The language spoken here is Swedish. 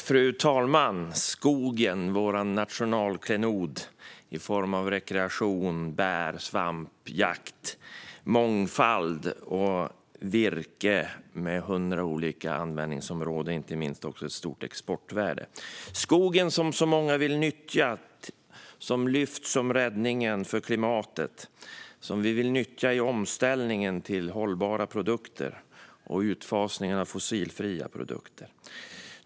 Fru talman! Skogen är vår nationalklenod och erbjuder rekreation, bär, svamp, jakt, mångfald och virke. Den har hundra olika användningsområden och inte minst också ett stort exportvärde. Skogen, som så många vill nyttja, lyfts fram som räddningen för klimatet. Vi vill nyttja den i omställningen till hållbara och fossilfria produkter.